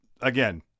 again